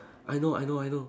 I know I know I know